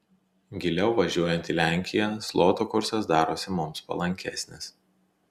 giliau važiuojant į lenkiją zloto kursas darosi mums palankesnis